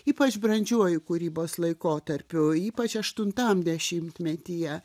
ypač brandžiuoju kūrybos laikotarpiu ypač aštuntam dešimtmetyje